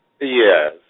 Yes